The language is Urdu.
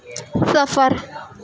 سفر